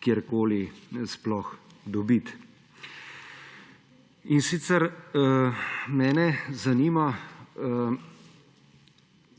kjerkoli sploh dobiti. Mene zanima: